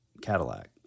Cadillac